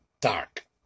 Dark